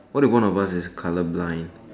what if one of us is colour blind